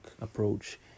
approach